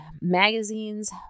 magazines